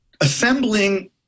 assembling